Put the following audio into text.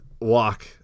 walk